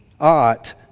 ought